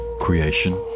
creation